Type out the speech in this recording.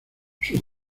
sus